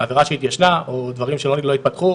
עבירה שהתיישנה או דברים שלא התפתחו,